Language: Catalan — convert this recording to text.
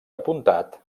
apuntat